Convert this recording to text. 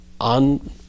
on